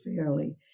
fairly